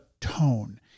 tone